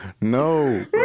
No